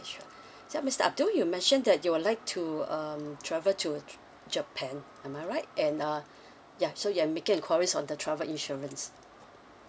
sure so mister abdul you mentioned that you would like to um travel to japan am I right and uh ya so you're making enquiries on the travel insurance